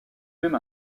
même